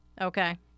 Okay